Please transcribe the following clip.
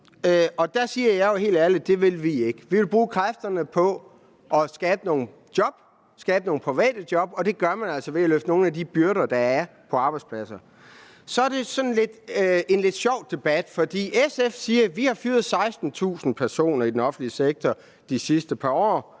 og der siger jeg helt ærligt, at det vil vi ikke. Vi vil bruge kræfterne på at skabe nogle private job, og det gør man altså ved at lette nogle af de byrder, der er lagt på erhvervsliv og arbejdsindkomst. Det er en lidt sjov debat, for SF siger, at der er fyret 16.000 personer i den offentlige sektor i de sidste par år,